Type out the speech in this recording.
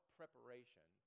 preparation